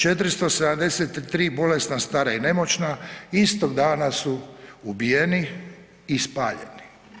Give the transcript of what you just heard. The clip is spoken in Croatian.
473 bolesna stara i nemoćna, istog dana su ubijeni i spaljeni.